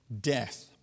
death